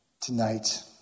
tonight